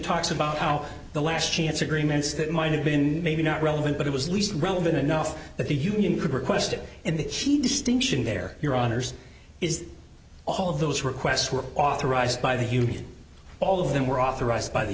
talks about how the last chance agreements that might have been maybe not relevant but it was least relevant enough that the union could request it and that she distinction there your honour's is all of those requests were authorized by the union all of them were authorized by the